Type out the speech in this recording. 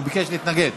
הוא ביקש להתנגד.